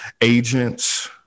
agents